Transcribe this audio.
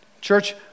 Church